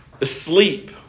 asleep